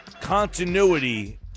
continuity